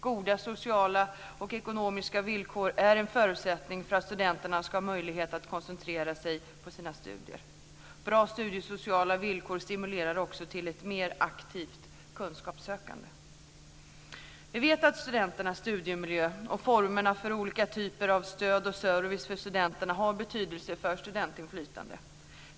Goda sociala och ekonomiska villkor är en förutsättning för att studenterna ska ha möjlighet att koncentrera sig på sina studier. Bra studiesociala villkor stimulerar också till ett mer aktivt kunskapssökande. Vi vet att studenternas studiemiljö och formerna för olika typer av stöd och service för studenterna har betydelse för studentinflytande.